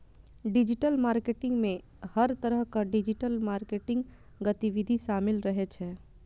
digital marketing मे हर तरहक डिजिटल मार्केटिंग गतिविधि शामिल रहै छै